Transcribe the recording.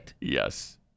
yes